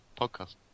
Podcast